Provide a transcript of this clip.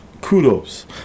Kudos